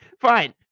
Fine